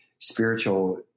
spiritual